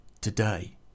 today